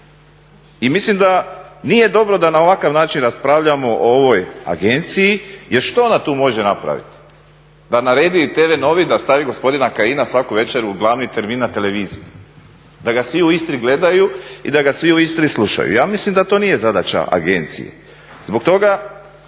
i mislim da nije dobro da na ovakav način raspravljamo o ovoj agenciji, jer što ona tu može napraviti. Da naredi tv NOVA-i da stavi gospodina Kajina svaku večer u glavni termin na televiziji, da ga svi u Istri gledaju i da ga svi u Istri slušaju? Ja mislim da to nije zadaća agencije. Zbog toga